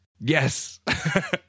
yes